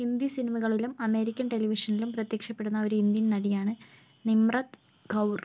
ഹിന്ദി സിനിമകളിലും അമേരിക്കൻ ടെലിവിഷനിലും പ്രത്യക്ഷപ്പെടുന്ന ഒരു ഇന്ത്യൻ നടിയാണ് നിമ്രത് കൗർ